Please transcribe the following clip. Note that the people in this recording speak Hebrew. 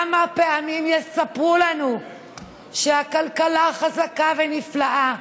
כמה פעמים יספרו לנו שהכלכלה חזקה ונפלאה?